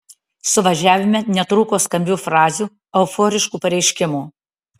suvažiavime netrūko skambių frazių euforiškų pareiškimų